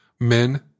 men